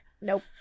Nope